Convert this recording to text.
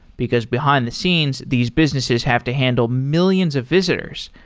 because behind the scenes, these businesses have to handle millions of visitors.